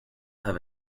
have